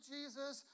Jesus